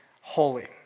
holy